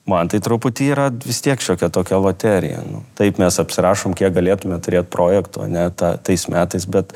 man tai truputį yra vis tiek šiokia tokia loterija nu taip mes apsirašom kiek galėtumėt turėt projektų ane ta tais metais bet